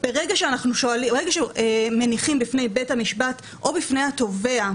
ברגע שמניחים בפני בית המשפט או בפני התובע,